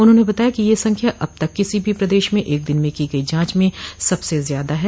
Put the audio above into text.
उन्होंने बताया कि यह संख्या अब तक किसी भी प्रदेश में एक दिन में की गई जांच में सबसे ज्यादा है